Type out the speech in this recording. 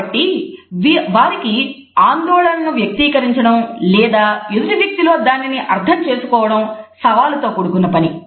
కాబట్టి వారికి ఆందోళనను వ్యక్తీకరించడం లేదా ఎదుటి వ్యక్తి లో దానిని అర్థం చేసుకోవడం సవాలుతో కూడుకున్న పని